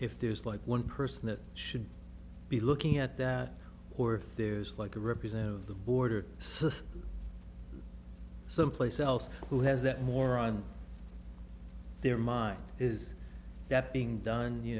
if there's like one person that should be looking at that or if there's like a representative of the border system someplace else who has that more on their mind is that being done you